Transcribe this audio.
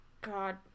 God